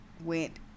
Went